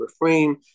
refrain